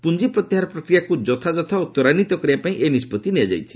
ପୁଞ୍ଜ ପ୍ରତ୍ୟାହାର ପ୍ରକ୍ରିୟାକୁ ଯଥାଯଥ ଓ ତ୍ୱରାନ୍ୱିତ କରିବା ପାଇଁ ଏହି ନିଷ୍ପଭି ନିଆଯାଇଛି